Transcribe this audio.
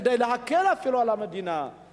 כדי להקל אפילו על המדינה,